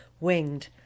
winged